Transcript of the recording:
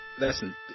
Listen